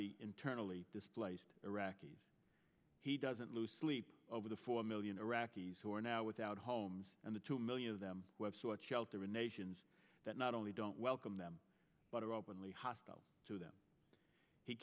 the internally displaced iraqis he doesn't lose sleep over the four million iraqis who are now without homes and the two million of them web sought shelter in nations that not only don't welcome them but are openly hostile to them he